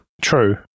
True